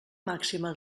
màxima